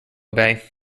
bay